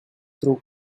through